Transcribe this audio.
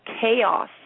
chaos